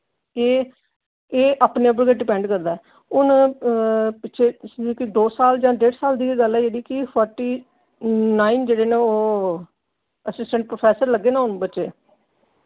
एह् एह् अपने पर गै डिपैंड करदा हून पिच्छें कोई दो साल या डे साल दी गै गल्ल ऐ जेह्ड़े कि फोर्टी नाइन जेह्ड़े न ओह् असिस्टैंट प्रोफैसर लग्गे न हून बच्चे